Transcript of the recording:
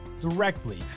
directly